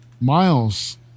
Miles